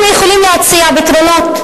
אנחנו יכולים להציע פתרונות.